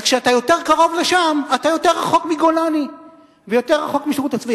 אז כשאתה יותר קרוב לשם אתה יותר רחוק מגולני ויותר רחוק מהשירות הצבאי.